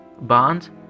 bonds